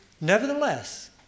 Nevertheless